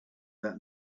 that